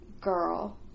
girl